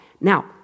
Now